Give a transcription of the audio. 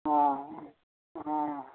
ہاں ہاں